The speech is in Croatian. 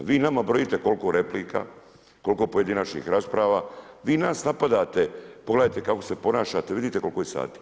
A vi nama brojite koliko replika, koliko pojedinačnih rasprava, vi nas napadate, pogledajte kako se ponašate, vidite koliko je sati?